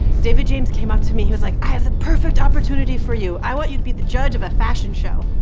david james came up to me. he was like, i have the perfect opportunity for you. i want you to be the judge of a fashion show.